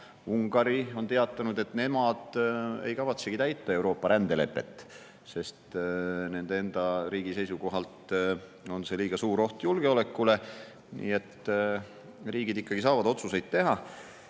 Ungari on teatanud, et nemad ei kavatsegi täita Euroopa rändelepet, sest nende enda riigi seisukohalt on see liiga suur oht julgeolekule. Nii et riigid ikkagi saavad otsuseid teha.